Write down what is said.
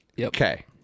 Okay